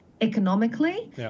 economically